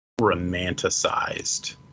romanticized